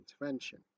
intervention